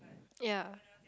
ya